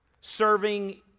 Serving